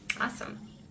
awesome